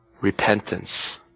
repentance